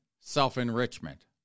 self-enrichment